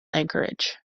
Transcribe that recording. anchorage